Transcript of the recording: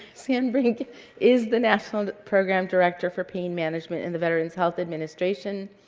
sandbrink is the national program director for pain management in the veterans health administration.